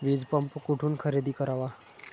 वीजपंप कुठून खरेदी करावा?